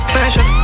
Fashion